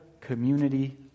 community